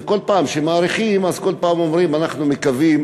וכל פעם שמאריכים אומרים: אנחנו מקווים